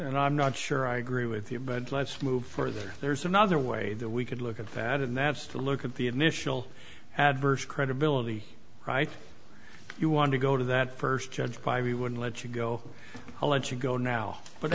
and i'm not sure i agree with you but let's move further there's another way that we could look at that and that's to look at the initial adverse credibility right you want to go to that first judge by we would let you go i'll let you go now but